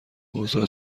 اوضاع